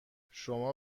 شما